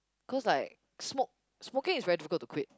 because like smoke smoking is very difficult to quit